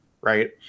right